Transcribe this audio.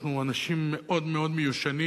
אנחנו אנשים מאוד מאוד מיושנים.